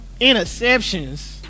interceptions